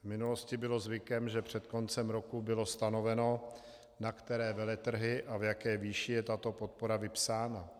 V minulosti bylo zvykem, že před koncem roku bylo stanoveno, na které veletrhy a v jaké výši je tato podpora vypsána.